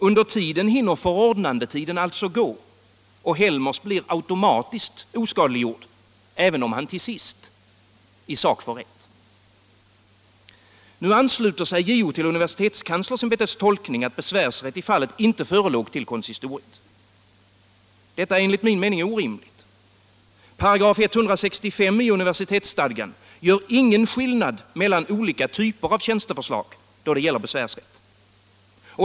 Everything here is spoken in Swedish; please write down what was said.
Under tiden hinner förordnandetiden ” gå, och Helmers blir automatiskt oskadliggjord, även om han till sist i sak får rätt. Nu ansluter sig JO till universitetskanslersämbetets tolkning att besvärsrätt i fallet inte förelåg till konsistoriet. Detta är enligt min mening orimligt. 165 § i universitetsstadgan gör ingen skillnad mellan olika typer av tjänsteförslag då det gäller besvärsrätt.